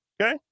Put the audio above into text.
Okay